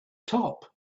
top